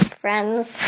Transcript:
Friends